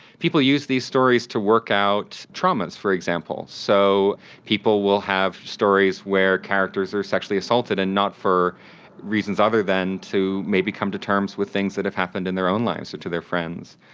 people use these stories to work out traumas, for example. so people will have stories where characters are sexually assaulted and not for reasons other than to maybe come to terms with things that have happened in their own lives or to their friends.